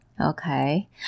Okay